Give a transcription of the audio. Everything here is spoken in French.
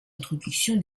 introduction